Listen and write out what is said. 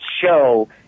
show